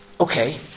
Okay